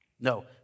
no